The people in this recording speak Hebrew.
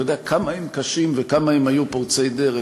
יודע כמה הם קשים וכמה הם היו פורצי דרך,